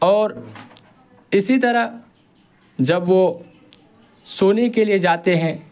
اور اسی طرح جب وہ سونے کے لیے جاتے ہیں